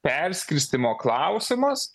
perskirstymo klausimas